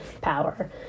power